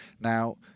Now